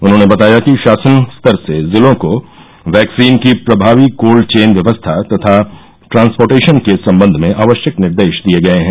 उन्होने बताया कि शासन स्तर से जिलों को वैक्सीन की प्रमावी कोल्ड चेन व्यवस्था तथा ट्रांसपोर्टेशन के सम्बन्ध में आवश्यक निर्देश दिए गए हैं